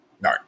No